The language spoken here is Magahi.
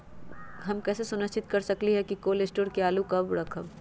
हम कैसे सुनिश्चित कर सकली ह कि कोल शटोर से आलू कब रखब?